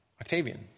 Octavian